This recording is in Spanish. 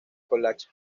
college